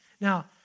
Now